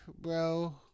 bro